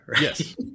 Yes